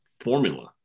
formula